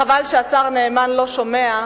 חבל שהשר נאמן לא שומע,